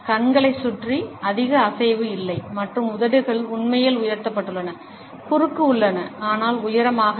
கண்களைச் சுற்றி அதிக அசைவு இல்லை மற்றும் உதடுகள் உண்மையில் உயர்த்தப்பட்டுள்ளன குறுக்கு உள்ளன ஆனால் உயரமாக இல்லை